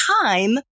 time